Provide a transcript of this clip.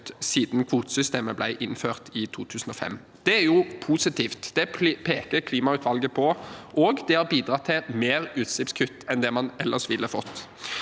siden kvotesystemet ble innført i 2005. Det er positivt. Det peker klimautvalget også på, og det har bidratt til mer utslippskutt enn det man ellers ville fått